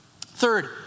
Third